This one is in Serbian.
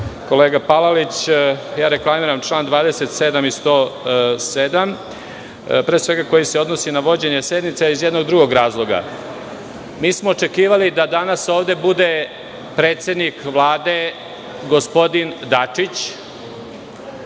kolega Palalić, reklamiram član 27. i član 107, pre svega koji se odnosi na vođenje sednice, a iz jednog drugog razloga. Očekivali smo da danas ovde bude predsednik Vlade, gospodin Dačić,